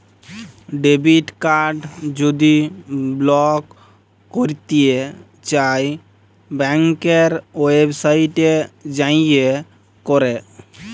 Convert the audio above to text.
debit card যদি block ক্যইরতে চাই ব্যাংকের ওয়েবসাইটে যাঁয়ে ক্যরে